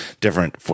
different